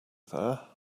there